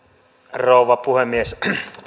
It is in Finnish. rouva puhemies